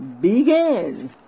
begin